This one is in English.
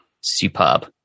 superb